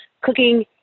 Cooking